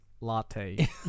Latte